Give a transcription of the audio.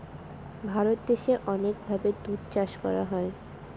ভারত দেশে অনেক ভাবে দুধ চাষ করা হয়